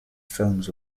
films